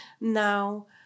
now